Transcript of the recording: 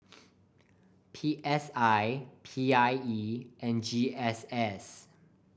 P S I P I E and G S S